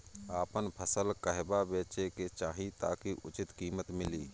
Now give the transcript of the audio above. आपन फसल कहवा बेंचे के चाहीं ताकि उचित कीमत मिली?